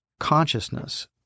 consciousness